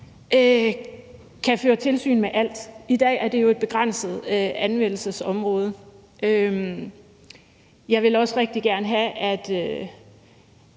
kan føre tilsyn med alt. I dag er det jo et begrænset anvendelsesområde. Jeg vil også rigtig gerne have, at